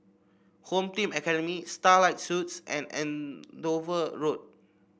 Home Team Academy Starlight Suites and Andover Road